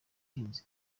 abahinzi